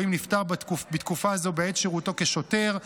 או אם נפטר בתקופה זו בעת שירותו כשוטר,